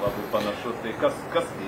labai panašu tai kas kas tai